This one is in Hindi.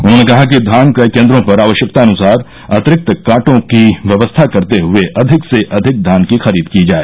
उन्हॉने कहा कि धान क्रय केन्द्रों पर आवश्यकतानुसार अतिरिक्त कार्टो की व्यवस्था करते हुए अधिक से अधिक धान की खरीद की जाए